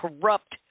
corrupt